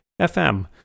FM